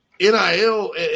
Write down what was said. NIL